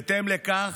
בהתאם לכך,